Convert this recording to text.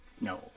No